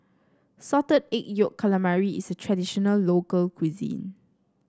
Salted Egg Yolk Calamari is a traditional local cuisine